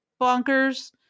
bonkers